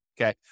okay